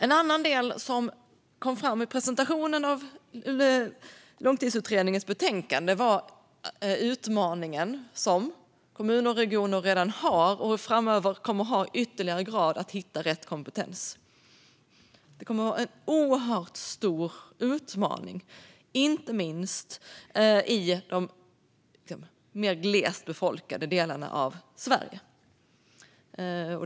En annan del som kom fram i presentationen av Långtidsutredningens betänkande var den utmaning som kommuner och regioner redan har och kommer att ha i ytterligare grad framöver när det gäller att hitta rätt kompetens. Det kommer att vara en oerhört stor utmaning, inte minst i de mer glest befolkade delarna av Sverige.